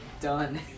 done